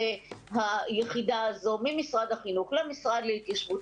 היחידה הזו ממשרד החינוך למשרד להתיישבות,